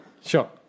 Sure